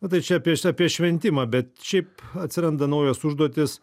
nu tai čia apie šitą apie šventimą bet šiaip atsiranda naujos užduotys